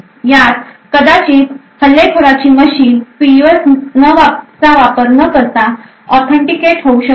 यात कदाचित हल्लेखोरांची मशीन पीयूएफ चा वापर न करता ऑथेंटिकेट होऊ शकते